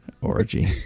Orgy